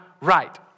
right